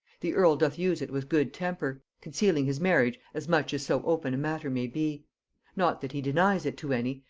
the earl doth use it with good temper, concealing his marriage as much as so open a matter may be not that he denies it to any,